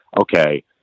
okay